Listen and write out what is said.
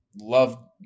love